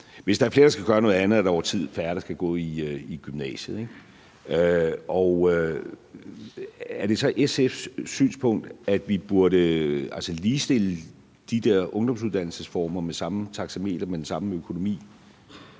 Hvis der er flere, der skal gøre noget andet, er der over tid færre, der skal gå i gymnasiet, ikke? Og er det så SF’s synspunkt, at vi burde ligestille de der ungdomsuddannelsesformer, så de har det samme taxameter og den samme økonomi?